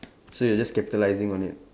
so you're just capitalising on it